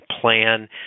plan